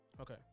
Okay